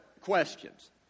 questions